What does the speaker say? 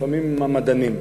לפעמים הם המדענים.